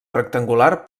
rectangular